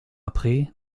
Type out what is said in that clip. après